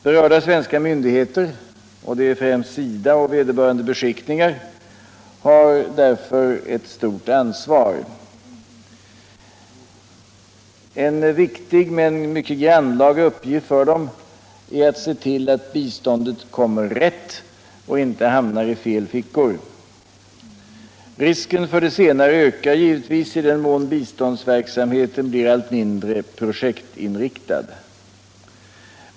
Berörda svenska myndigheter - främst SIDA och vederbörande beskickningar — har därför ett stort ansvar. En viktig men mycket grannlaga uppgift för dem är att se till att biståndet kommer rätt och inte hamnar i fel fickor. Risken för det senare ökar givetvis i den mån biståndsverksamheten blir allt mindre projektinriktad.